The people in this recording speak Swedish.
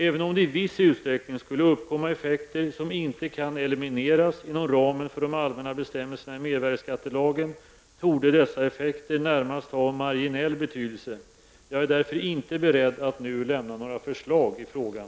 Även om det i viss utsträckning skulle uppkomma effekter som inte kan elimineras inom ramen för de allmänna bestämmelserna i mervärdeskattelagen, torde dessa effekter närmast ha marginell betydelse. Jag är därför inte beredd att nu lämna några förslag i frågan.